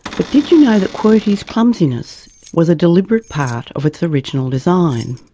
but did you know that qwerty's clumsiness was a deliberate part of its original design?